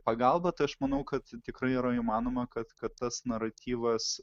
pagalbą tai aš manau kad tikrai yra įmanoma kad kad tas naratyvas